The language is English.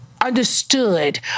understood